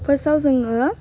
फार्स्ताव जोङो